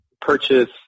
purchase